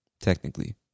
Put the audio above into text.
technically